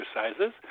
exercises